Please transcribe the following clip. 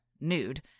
nude